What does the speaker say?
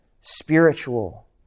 spiritual